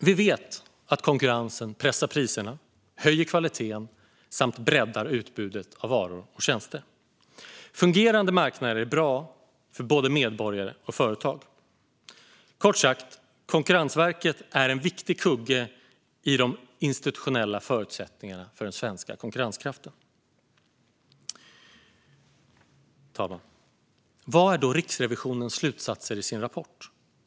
Vi vet att konkurrensen pressar priserna, höjer kvaliteten samt breddar utbudet av varor och tjänster. Fungerande marknader är bra för både medborgare och företag. Kort sagt: Konkurrensverket är en viktig kugge i de institutionella förutsättningarna för den svenska konkurrenskraften. Fru talman! Vad var då Riksrevisionens slutsatser i rapporten?